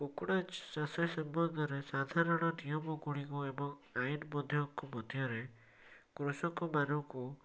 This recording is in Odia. କୁକୁଡ଼ା ଚାଷ ସମ୍ବନ୍ଧରେ ସାଧାରଣ ନିୟମ ଗୁଡ଼ିକୁ ଏବଂ ଆଇନ ମାନଙ୍କ ମଧ୍ୟରେ କୃଷକମାନଙ୍କୁ